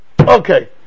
okay